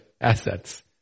assets